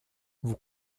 vous